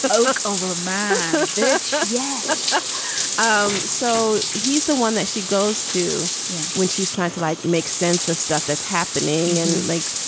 but like ah man yeah yeah yes um so he's the one that she goes to yeah. when she's trying to, like, make sense of stuff that's happening and like,